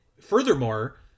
furthermore